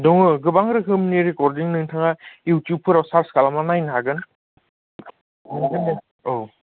दङ गोबां रोखोमनि रेकर्डदिं नोंथाङा इउटुबफोराव सार्च खालामना नायनो हागोन मोनगोन दे औ